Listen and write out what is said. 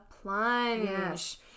plunge